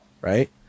right